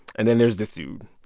and then there's this dude.